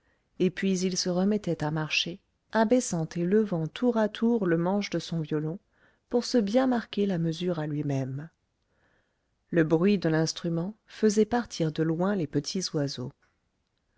et puis il se remettait à marcher abaissant et levant tour à tour le manche de son violon pour se bien marquer la mesure à lui-même le bruit de l'instrument faisait partir de loin les petits oiseaux